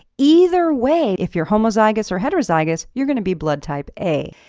either way, if you're homozygous or heterozygous you're going to be blood type a.